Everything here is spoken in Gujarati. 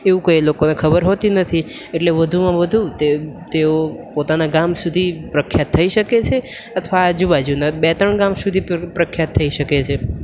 એવું કંઈ એ લોકોને ખબર હોતી નથી એટલે વધુમાં વધુ તે તેઓ પોતાનાં ગામ સુધી પ્રખ્યાત થઈ શકે છે અથવા આજુ બાજુનાં બે ત્રણ ગામ સુધી પ્રખ્યાત થઈ શકે છે